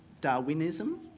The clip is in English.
Darwinism